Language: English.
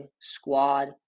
squad